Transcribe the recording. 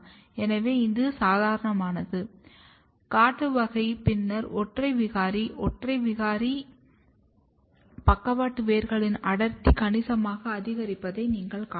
எனவே இது சாதாரணமானது காட்டு வகை பின்னர் ஒற்றை விகாரி ஒற்றை விகாரி பக்கவாட்டு வேர்களின் அடர்த்தி கணிசமாக அதிகரிப்பதை நீங்கள் காணலாம்